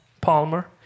Palmer